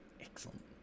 Excellent